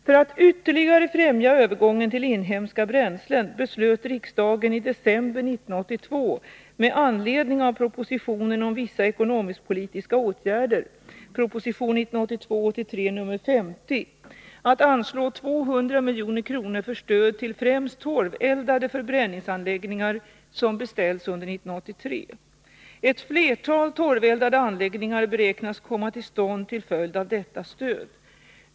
För att ytterligare främja övergången till inhemska bränslen beslöt riksdagen i december 1982 med anledning av propositionen om vissa ekonomisk-politiska åtgärder att anslå 200 milj.kr. för stöd till främst torveldade förbränningsanläggningar som beställts under år 1983. Ett flertal torveldade anläggningar beräknas komma till stånd till följd av detta stöd.